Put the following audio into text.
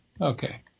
Okay